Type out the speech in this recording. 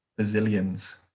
bazillions